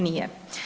Nije.